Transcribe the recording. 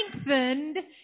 strengthened